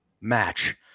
match